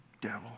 devil